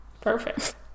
Perfect